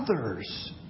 others